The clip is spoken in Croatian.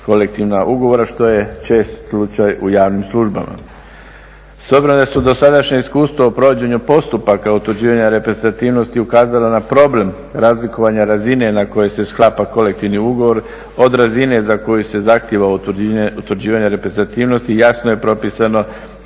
ugovora što je čest slučaj u javnim službama. S obzirom da su dosadašnja iskustva u provođenju postupaka utvrđivanja reprezentativnosti ukazala na problem razlikovanja razine na kojoj se sklapa kolektivni ugovor od razine za koju se zahtjeva utvrđivanje reprezentativnosti, jasno je propisano